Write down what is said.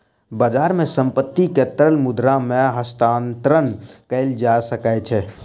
बजार मे संपत्ति के तरल मुद्रा मे हस्तांतरण कयल जा सकै छै